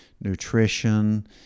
nutrition